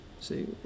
See